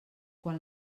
quan